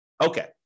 Okay